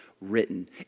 written